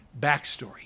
backstory